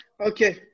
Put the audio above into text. Okay